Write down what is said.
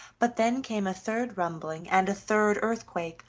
but then came a third rumbling, and a third earthquake,